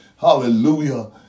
Hallelujah